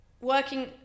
Working